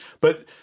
But-